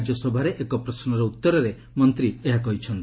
ରାଜ୍ୟସଭାରେ ଏକ ପ୍ରଶ୍ରର ଉତ୍ତରରେ ମନ୍ତ୍ରୀ ଏହା କହିଛନ୍ତି